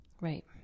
Right